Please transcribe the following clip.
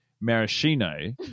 Maraschino